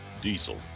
diesel